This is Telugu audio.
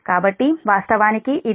కాబట్టి వాస్తవానికి ఇది 1